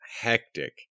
hectic